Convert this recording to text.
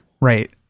Right